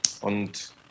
Und